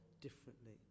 differently